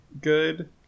good